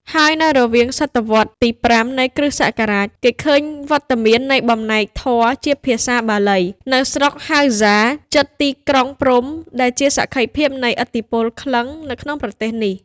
ហើយនៅរវាងសតវត្សរ៍ទី៥ នៃគ្រិស្តសករាជគេឃើញវត្តមាននៃបំណែក ធម៌ ជាភាសាបាលី នៅស្រុកហៅហ្សាជិតទីក្រុងព្រហ្ម ដែលជាសក្ខីភាពនៃឥទ្ធិពលក្លិង្គ នៅក្នុងប្រទេសនេះ ។